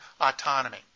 autonomy